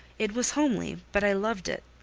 it was homely, but i loved it,